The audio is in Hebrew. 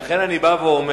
לכן אני בא ואומר,